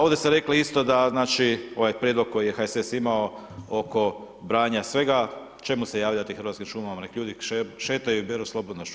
Ovdje ste rekli isto da znači, ovaj prijedlog koji je HSS imao oko pranja svega, čemu se javljati hrvatskim šumama, nek ljudi šetaju i beru slobodno šumama.